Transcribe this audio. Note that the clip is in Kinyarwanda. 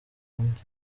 kandi